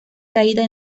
caída